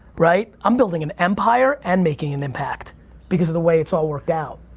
right? i'm building an empire and making an impact because of the way it's all worked out.